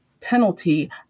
penalty